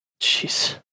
Jeez